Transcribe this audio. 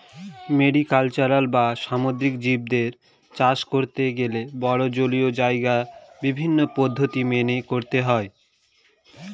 mariculture বা সামুদ্রিক জীবদের চাষ করতে গেলে বড়ো জলীয় জায়গায় বিভিন্ন পদ্ধতি মেনে করতে হয়